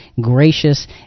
gracious